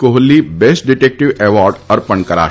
Kohli best detective award અર્પણ કરાશે